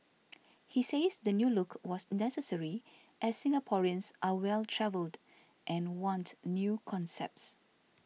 he says the new look was necessary as Singaporeans are well travelled and want new concepts